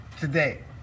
Today